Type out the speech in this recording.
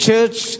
church